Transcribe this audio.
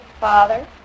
Father